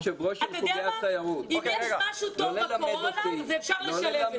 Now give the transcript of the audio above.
אם יש משהו טוב בקורונה זה שאפשר לשלב את זה.